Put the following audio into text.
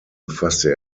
befasste